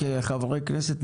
כחברי כנסת,